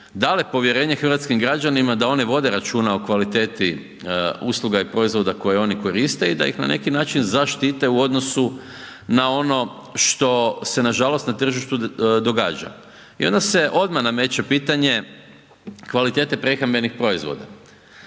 dale povjerenje hrvatskim građanima da one vode računa o kvaliteti usluga i proizvoda koji oni koriste i da ih na neki način zaštite u odnosu na ono što se nažalost na tržištu događa. I onda se odmah nameće pitanje kvalitete prehrambenih proizvoda.